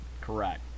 Correct